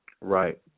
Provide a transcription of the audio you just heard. Right